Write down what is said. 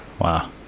wow